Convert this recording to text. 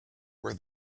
where